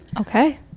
Okay